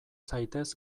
zaitez